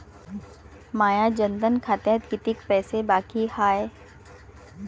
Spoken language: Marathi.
माया जनधन खात्यात कितीक पैसे बाकी हाय?